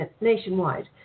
nationwide